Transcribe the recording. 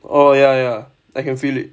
oh ya ya I can feel it